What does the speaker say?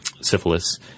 syphilis